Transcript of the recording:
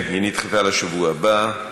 כן, היא נדחתה לשבוע הבא.